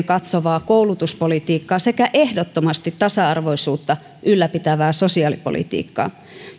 katsovaa koulutuspolitiikkaa sekä ehdottomasti tasa arvoisuutta ylläpitävää sosiaalipolitiikkaa